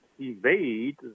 evade